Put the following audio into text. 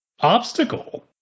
obstacle